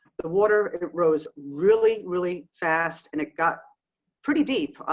the water it rose, really, really fast and it got pretty deep.